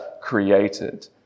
created